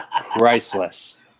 Priceless